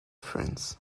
france